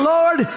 Lord